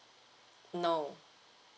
no